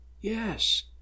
Yes